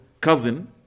cousin